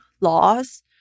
laws